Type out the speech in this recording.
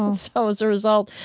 and so as a result,